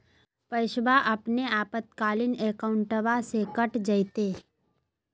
पैस्वा अपने आपातकालीन अकाउंटबा से कट जयते?